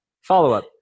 follow-up